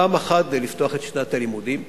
פעם אחת לפתוח את שנת הלימודים,